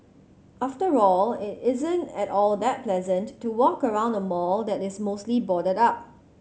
after all it isn't at all that pleasant to walk around a mall that is mostly boarded up